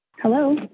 Hello